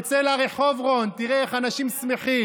תצא לרחוב, רון, תראה איך אנשים שמחים.